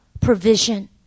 provision